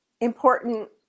important